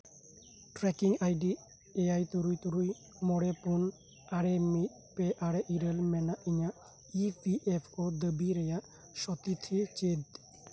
trekking ID ᱮᱭᱟᱭ ᱛᱩᱨᱩᱭ ᱛᱩᱨᱩᱭ ᱢᱚᱬᱮ ᱯᱳᱱ ᱟᱨᱮ ᱢᱤᱫ ᱯᱮ ᱟᱨᱮ ᱤᱨᱟᱹᱞ ᱤᱧᱟᱹᱜ ᱤ ᱯᱤ ᱮᱯᱷ ᱳ ᱫᱟᱹᱵᱤ ᱨᱮᱭᱟᱜ ᱥᱚᱛᱤᱛᱷᱤ ᱪᱮᱫ